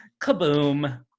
Kaboom